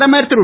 பிரதமர் திரு